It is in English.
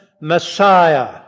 Messiah